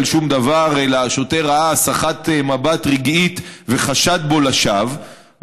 שום דבר אלא השוטר ראה הסחת מבט רגעית וחשד בו לשווא,